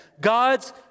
God's